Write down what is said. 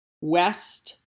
west